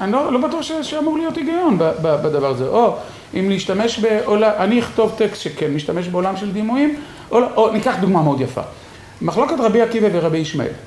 אני לא בטוח ‫שאמור להיות היגיון בדבר הזה. ‫או אם להשתמש בעולם... ‫אני אכתוב טקסט שכן, ‫משתמש בעולם של דימויים, ‫או... ניקח דוגמה מאוד יפה. ‫מחלוקת רבי עקיבא ורבי ישמעאל.